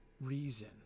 reason